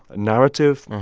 ah narrative,